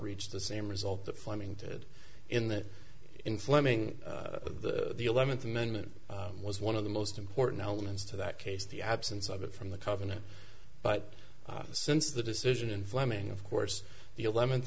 reach the same result the plumbing to it in that inflaming of the eleventh amendment was one of the most important elements to that case the absence of it from the covenant but since the decision in fleming of course the eleventh